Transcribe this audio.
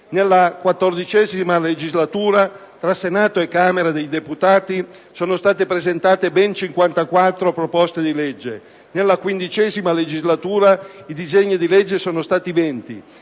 Nella XIV legislatura, tra Senato e Camera dei deputati, sono state presentate ben 54 proposte di legge; nella XV legislatura i disegni di legge sono stati 20,